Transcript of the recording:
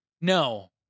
No